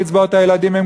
קצבאות הילדים,